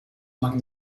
among